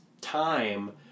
time